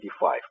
1985